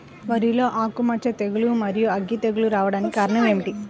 వరిలో ఆకుమచ్చ తెగులు, మరియు అగ్గి తెగులు రావడానికి కారణం ఏమిటి?